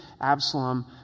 Absalom